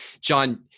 John